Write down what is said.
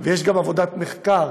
ונעשתה גם עבודת מחקר.